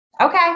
okay